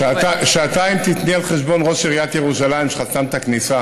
שעתיים תיתני על חשבון ראש עיריית ירושלים שחסם את הכניסה,